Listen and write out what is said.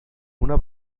una